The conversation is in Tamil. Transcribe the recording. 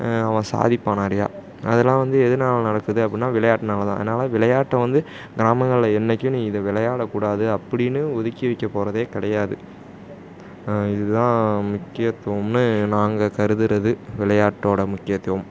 அவன் சாதிப்பான் நிறையா அதெல்லாம் வந்து எதனால நடக்குது அப்படின்னா விளையாட்டினால தான் அதனால் விளையாட்டை வந்து கிராமங்களில் என்றைக்கும் நீ இது விளையாடக் கூடாது அப்படின்னு ஒதுக்கி வைக்கப் போகிறதே கிடையாது இது தான் முக்கியத்துவம்னு நாங்கள் கருதுவது விளையாட்டோடய முக்கியத்துவம்